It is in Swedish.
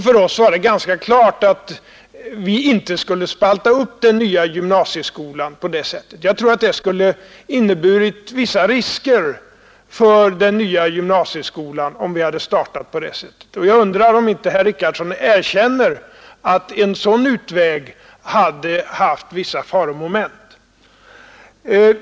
För oss var det ganska klart att vi inte skulle spalta upp den nya gymnasieskolan på det sättet. Jag tror att det skulle ha inneburit vissa risker för den nya gymnasieskolan. Jag undrar om inte herr Richardson erkänner att en sådan utväg hade haft vissa faromoment.